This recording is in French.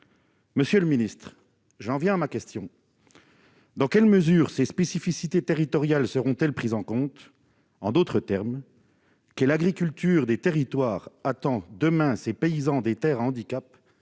Monsieur le ministre, dans quelle mesure ces spécificités territoriales seront-elles prises en compte ? En d'autres termes, quelle « agriculture des territoires » attend demain ces paysans des terres à handicap